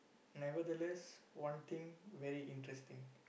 nevertheless one thing very interesting